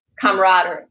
camaraderie